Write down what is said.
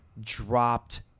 dropped